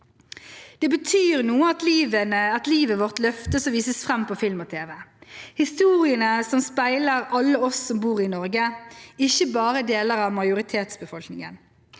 Det betyr noe at livet vårt løftes og vises fram på film og tv. Historiene må speile alle oss som bor i Norge, ikke bare deler av majoritetsbefolkningen.